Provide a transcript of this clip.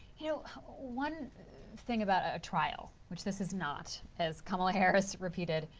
you know one thing about a trial, which this is not, as kamala harris repeated.